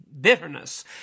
bitterness